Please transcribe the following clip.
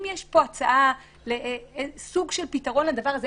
אם יש פה הצעה לסוג של פתרון לדבר הזה